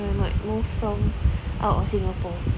no I might move from out of Singapore